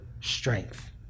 strength